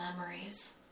memories